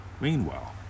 Meanwhile